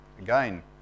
again